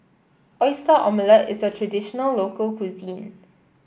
Oyster Omelette is a traditional local cuisine